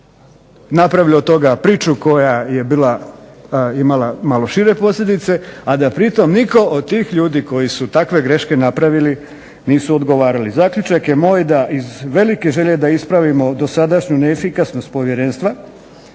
napravili od toga priču koja je bila, imala malo šire posljedice, a da pritom nitko od tih ljudi koji su takve greške napravili nisu odgovarali. Zaključak je moj da iz velike želje da ispravimo dosadašnju neefikasnost Povjerenstva